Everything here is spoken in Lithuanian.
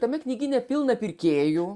tame knygyne pilna pirkėjų